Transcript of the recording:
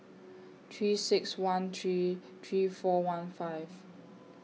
three six one three three four one five